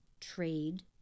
trade